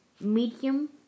medium